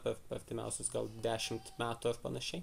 per artimiausius gal dešimt metų ar panašiai